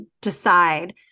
decide